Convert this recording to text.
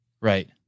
Right